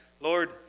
Lord